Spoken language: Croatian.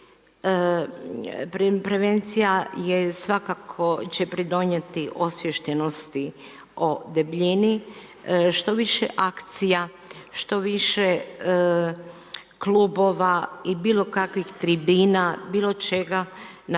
Prevencija, svakako će pridonijeti osviještenosti o debljini, što više akcija, što više klubova i bilo kakvih tribina, bilo čega na